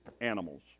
animals